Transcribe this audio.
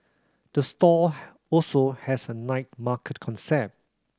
the store also has a night market concept